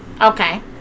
Okay